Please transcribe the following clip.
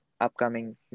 upcoming